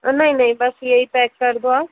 नहीं नहीं बस यही पैक कर दो आप